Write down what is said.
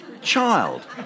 child